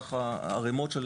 ערימות של